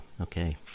okay